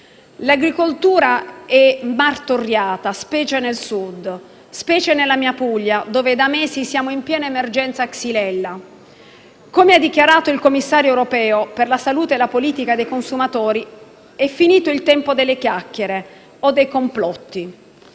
L'agricoltura è martoriata, specie nel Sud, nella mia Puglia, dove da mesi siamo in piena emergenza xylella. Come ha dichiarato il commissario europeo per la salute e la politica dei consumatori, è finito il tempo delle chiacchiere o dei complotti.